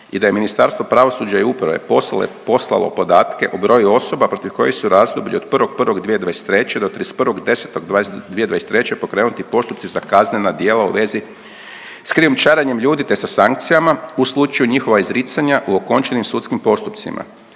i da je Ministarstvo pravosuđa i uprave poslalo podatke o broju osoba protiv kojih su u razdoblju od 1.1.2023. do 31.10.'23. pokrenuti postupci za kaznena djela u vezi s krijumčarenjem ljudi te sa sankcijama u slučaju njihova izricanja u okončanim sudskim postupcima.